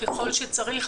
ככל שצריך,